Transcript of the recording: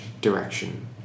direction